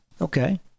Okay